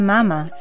Mama